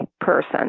person